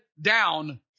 down